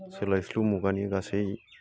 सोलायस्लु मुगानि गासै